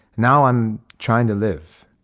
now i'm trying to live.